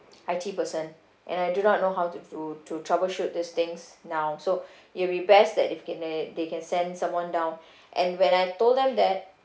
I_T person and I do not know how to to troubleshoot this things now so it'll be best that if can they they can send someone down and when I told them that